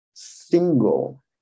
single